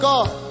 God